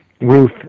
Ruth